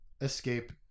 escape